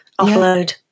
offload